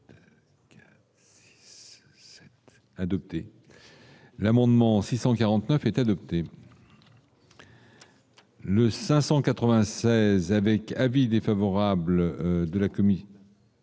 Adopté l'amendement 649 est adopté. Le 596 avec avis défavorable de la commune.